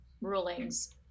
rulings